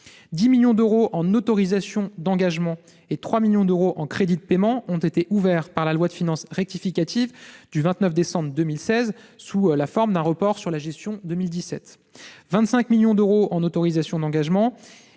10 millions d'euros d'autorisations d'engagement et 3 millions d'euros de crédits de paiement ont été ouverts par la loi de finances rectificative du 29 décembre 2016, sous la forme d'un report sur la gestion 2017. La loi de finances initiale